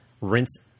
rinse